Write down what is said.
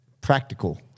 practical